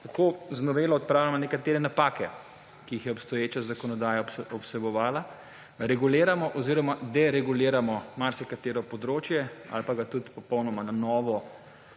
Tako z novelo odpravljamo nekatere napake, ki jih je obstoječa zakonodaja vsebovala. Reguliramo oziroma dereguliramo marsikatero področje ali pa ga popolnoma na novo